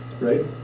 right